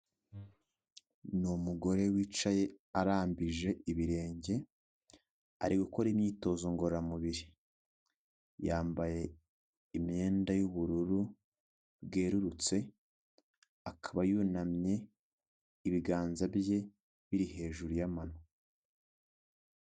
Ni umugore wicaye arambije ibirenge, ari gukora imyitozo ngororamubiri. Yambaye imyenda y'ubururu bwerurutse, akaba yunamye, ibiganza bye biri hejuru y'amano.